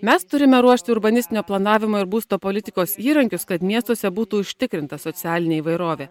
mes turime ruošti urbanistinio planavimo ir būsto politikos įrankius kad miestuose būtų užtikrinta socialinė įvairovė